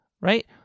right